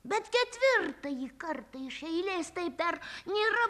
bet ketvirtąjį kartą iš eilės taip dar nėra